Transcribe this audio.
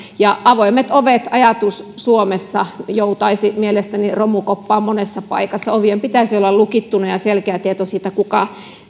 ja avoimet ovet ajatus suomessa joutaisi mielestäni romukoppaan monessa paikassa ovien pitäisi olla lukittuina ja selkeä tieto siitä kuka